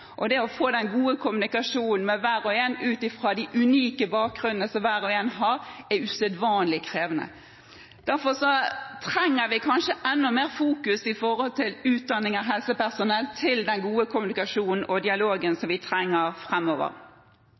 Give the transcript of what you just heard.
Det å få den gode kommunikasjonen med hver og en ut fra den unike bakgrunnen man har, er usedvanlig krevende. Derfor trenger man kanskje å fokusere enda mer på utdanning av helsepersonell med hensyn til den gode kommunikasjonen og dialogen man trenger